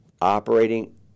operating